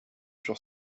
sur